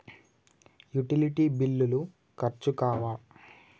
Utility బిల్లులు ఖర్చు కావా?